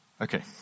Okay